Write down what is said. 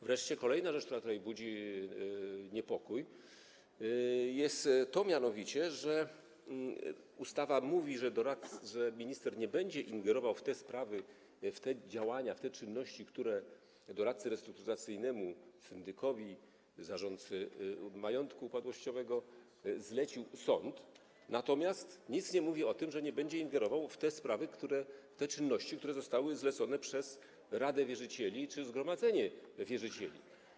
Wreszcie kolejną rzeczą, która budzi niepokój, jest to mianowicie, że ustawa mówi, że minister nie będzie ingerował w te sprawy, w te działania, w te czynności, które doradcy restrukturyzacyjnemu, syndykowi, zarządcy majątku upadłościowego zlecił sąd, natomiast nic nie mówi o tym, że nie będzie ingerował w te sprawy, w te czynności, które zostały zlecone przez radę wierzycieli czy zgromadzenie wierzycieli.